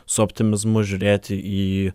su optimizmu žiūrėti į